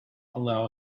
allow